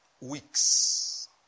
weeks